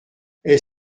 est